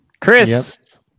Chris